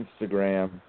Instagram